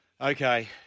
Okay